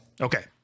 Okay